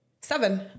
seven